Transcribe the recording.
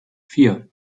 vier